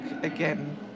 again